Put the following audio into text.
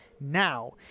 now